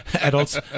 Adults